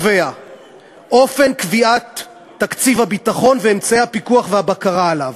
"אופן קביעת תקציב הביטחון ואמצעי הפיקוח והבקרה עליו".